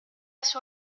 sur